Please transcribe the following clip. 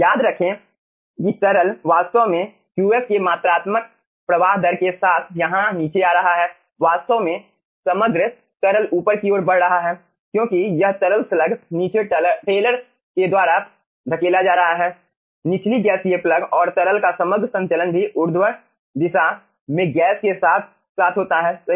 याद रखें कि तरल वास्तव में Qf के मात्रात्मक प्रवाह दर के साथ यहाँ नीचे आ रहा है वास्तव में समग्र तरल ऊपर की ओर बढ़ रहा है क्योंकि यह तरल स्लग नीचे टेलर के द्वारा धकेला जा रहा है निचली गैसीय प्लग और तरल का समग्र संचलन भी उर्ध्व दिशा में गैस के साथ साथ होता है सही